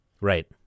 Right